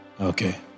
Okay